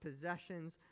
possessions